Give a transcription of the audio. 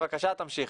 בבקשה תמשיכי.